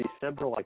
December